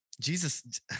Jesus